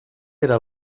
era